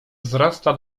wzrasta